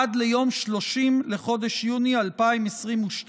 עד ליום 30 לחודש יוני 2022,